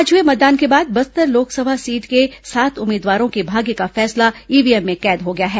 आज हए मतदान के बाद बस्तर लोकसभा सीट के सात उम्मीदवारों के भाग्य का फैसला ईवीएम में कैद हो गया है